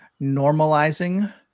normalizing